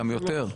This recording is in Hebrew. גם יותר.